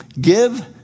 Give